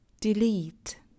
delete